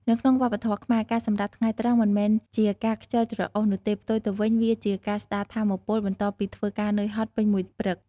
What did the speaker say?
នៅក្នុងវប្បធម៌ខ្មែរ ការសម្រាកថ្ងៃត្រង់មិនមែនជាការខ្ជិលច្រអូសនោះទេ ផ្ទុយទៅវិញវាជាការស្ដារថាមពល បន្ទាប់ពីធ្វើការនឿយហត់ពេញមួយព្រឹក។